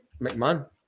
McMahon